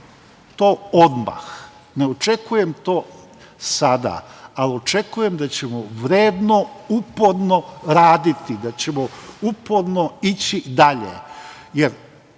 to odmah. Ne očekujem to sada, ali očekujem da ćemo vredno, uporno raditi, da ćemo uporno ići dalje, jer